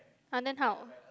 !huh! then how